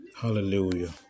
hallelujah